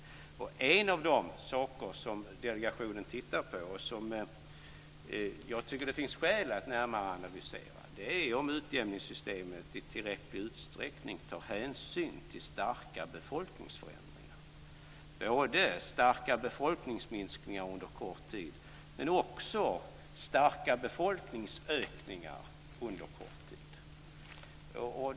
En av de saker som delegationen ser över och som jag tycker att det finns skäl att närmare analysera är om utjämningssystemet i tillräcklig utsträckning tar hänsyn till starka befolkningsförändringar. Det gäller såväl starka befolkningsminskningar under kort tid som starka befolkningsökningar under kort tid.